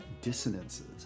dissonances